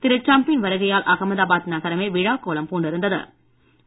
திரு டிரம்ப்பின் வருகையால் அகமதாபாத் நகரமே விழாக்கோலம் பூண்டிருந்த்து